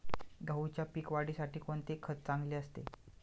गहूच्या पीक वाढीसाठी कोणते खत चांगले असते?